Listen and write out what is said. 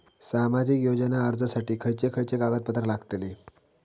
सामाजिक योजना अर्जासाठी खयचे खयचे कागदपत्रा लागतली?